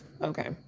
Okay